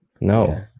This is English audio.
no